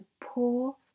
poor